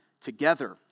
together